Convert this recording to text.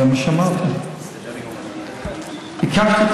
כלומר לא